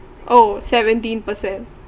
oh seventeen percent